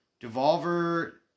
Devolver